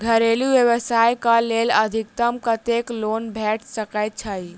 घरेलू व्यवसाय कऽ लेल अधिकतम कत्तेक लोन भेट सकय छई?